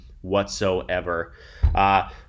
whatsoever